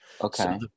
Okay